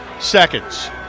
seconds